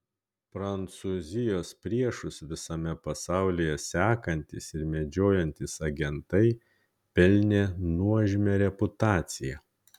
prancūzijos priešus visame pasaulyje sekantys ir medžiojantys agentai pelnė nuožmią reputaciją